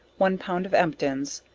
one pint of emptins,